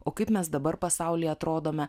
o kaip mes dabar pasaulyje atrodome